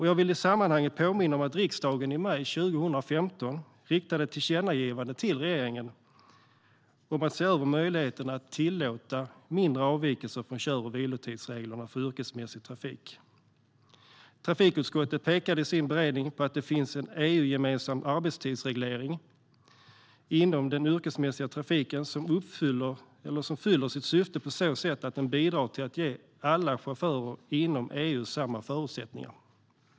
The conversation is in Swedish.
Jag vill i sammanhanget påminna om att riksdagen i maj 2015 riktade ett tillkännagivande till regeringen om att se över möjligheten att tillåta mindre avvikelser från kör och vilotidsreglerna för yrkesmässig trafik. Trafikutskottet pekade i sin beredning på att det finns en EU-gemensam arbetstidsreglering inom den yrkesmässiga trafiken som fyller sitt syfte på så sätt att den bidrar till att ge alla chaufförer inom EU samma förutsättningar.